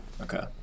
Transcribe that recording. Okay